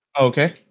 Okay